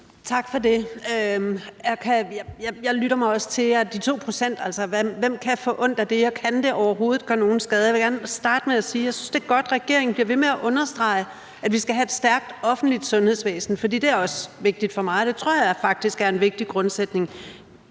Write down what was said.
ved, om nogen kan få ondt af det med de 2 pct., og om det overhovedet kan gøre nogen skade. Jeg vil gerne starte med at sige, at jeg synes, det er godt, at regeringen bliver ved med at understrege, at vi skal have et stærkt offentligt sundhedsvæsen, for det er også vigtigt for mig. Det tror jeg faktisk er en vigtig grundsætning.